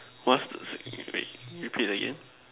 what's the repeat again